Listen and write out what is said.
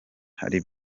hari